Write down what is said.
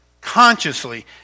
consciously